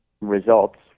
results